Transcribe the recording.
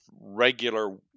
regular